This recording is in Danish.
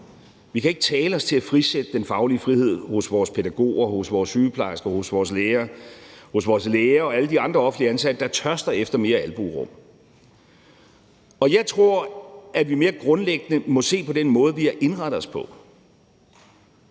Vi kan ikke tale os til at frisætte den faglige frihed hos vores pædagoger, hos vores sygeplejersker, hos vores lærere, hos vores læger og alle de andre offentligt ansatte, der tørster efter mere albuerum. Jeg tror, at vi mere grundlæggende må se på den måde, vi har indrettet